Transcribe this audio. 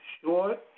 short